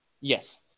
Yes